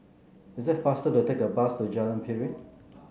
is it faster to take a bus to Jalan Piring